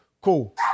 cool